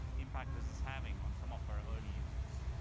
impact this is having on some of our early users,